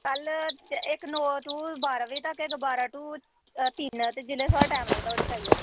कल इक नौ टू बारां बजे तक ऐ इक बारां टू तिन ऐ ते जेल्लै थुआढ़ा टैम लगदा ओह्दे च आई जाओ